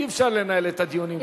אי-אפשר לנהל את הדיונים ככה.